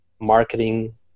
marketing